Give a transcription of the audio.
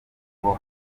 ngo